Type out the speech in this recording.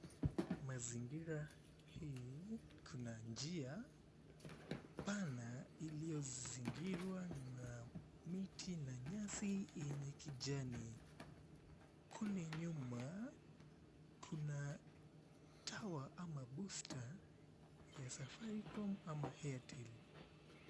Mazingira hii kuna njia pana iliyozingirwa na miti na nyasi yenye kijani. Kule nyuma kuna tower ama booster ya safaricom ama airtel.